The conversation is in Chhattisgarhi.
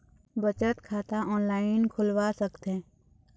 बचत खाता ऑनलाइन खोलवा सकथें?